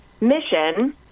mission –